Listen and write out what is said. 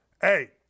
Hey